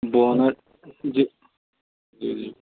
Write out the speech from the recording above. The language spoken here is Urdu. بونٹ جی جی جی